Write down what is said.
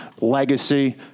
legacy